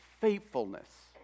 faithfulness